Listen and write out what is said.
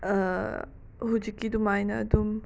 ꯍꯧꯖꯤꯛꯀꯤ ꯑꯗꯨꯃꯥꯏꯅ ꯑꯗꯨꯝ